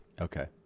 Okay